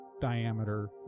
diameter